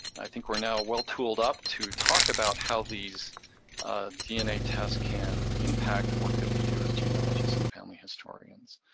i think we're now well-tooled up to talk about how these dna tests can impact the work that we do as genealogists and family historians.